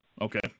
Okay